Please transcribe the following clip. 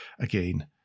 again